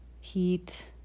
heat